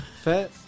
Fat